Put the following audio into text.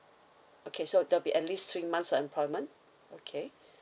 okay so there'll be at least three months employment okay